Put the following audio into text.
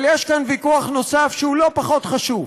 אבל יש כאן ויכוח נוסף, שהוא לא פחות חשוב: